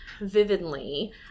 vividly